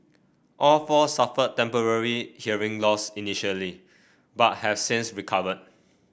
all four suffered temporary hearing loss initially but have since recovered